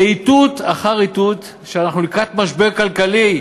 זה איתות אחר איתות שאנחנו לקראת משבר כלכלי,